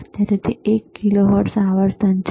અત્યારે તે એક કિલોહર્ટ્ઝ આવર્તન છે